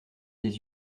des